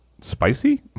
spicy